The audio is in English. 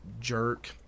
jerk